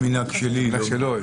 (היו"ר זאב בנימין בגין) זה מנהג שלי.